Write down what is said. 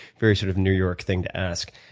very sort of new york thing to ask,